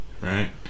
right